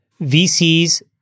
VCs